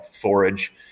forage